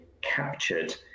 captured